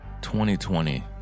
2020